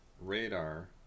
Radar